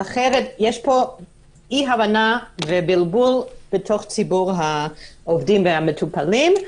אחרת יש פה אי-הבנה ובלבול בציבור העובדים והמטופלים.